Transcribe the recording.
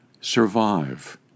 Survive